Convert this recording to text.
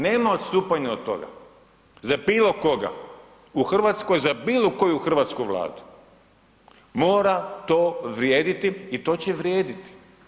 Nema odstupanja od toga za bilo koga, u Hrvatskoj za bilo koju hrvatsku Vladu mora to vrijediti i to će vrijediti.